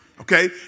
Okay